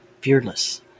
fearless